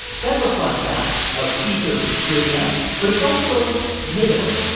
that's a fun fact. a piece of trivia but it's also more.